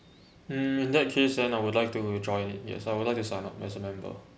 mm in that case then I would like to join it yes I would like to sign up as a member